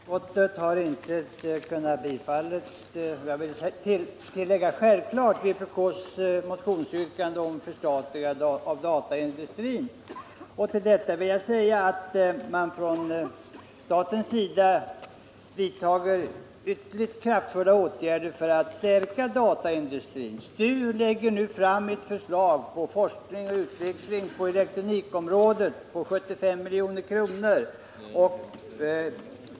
Herr talman! Vpk:s motionsyrkande om ett förstatligande av dataindustrin kan — självfallet, skulle jag vilja säga — inte bifallas. Jag vill understryka att man från statens sida vidtar ytterligt kraftfulla åtgärder för att stärka dataindustrins ställning. STU har arbetat fram ett förslag till åtgärder när det gäller forskning och utveckling på elektronikområdet till en kostnad på 75 milj.kr.